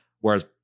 Whereas